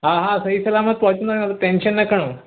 हा हा सही सलामत पहुची वेंदव तव्हां टेंशन न खणो